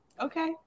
okay